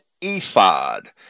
ephod